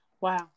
wow